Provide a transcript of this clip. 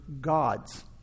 gods